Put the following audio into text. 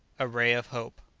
a ray of hope.